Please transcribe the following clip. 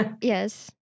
Yes